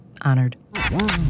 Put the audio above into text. Honored